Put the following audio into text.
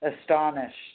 astonished